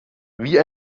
wie